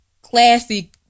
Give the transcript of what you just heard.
classy